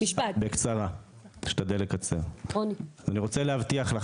קודם כול, אני רוצה להבטיח לך